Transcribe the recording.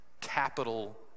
capital